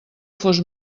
fos